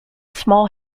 small